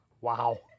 Wow